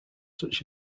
such